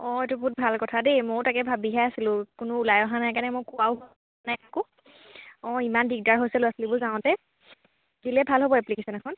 অঁ এইটো বহুত ভাল কথা দেই ময়ো তাকে ভাবিহে আছিলোঁ কোনো ওলাই অহা নাই কাৰণে মই কোৱাও নাই কাকো অঁ ইমান দিগদাৰ হৈছে ল'ৰা ছোৱালীবোৰ যাওঁতে দিলেই ভাল হ'ব এপ্লিকেশ্যন এখন